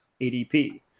adp